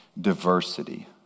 diversity